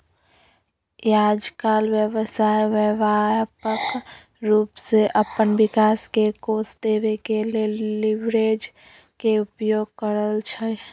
याजकाल व्यवसाय व्यापक रूप से अप्पन विकास के कोष देबे के लेल लिवरेज के उपयोग करइ छइ